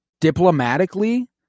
diplomatically